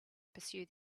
pursue